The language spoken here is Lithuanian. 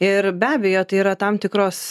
ir be abejo tai yra tam tikros